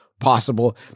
possible